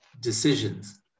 decisions